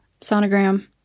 sonogram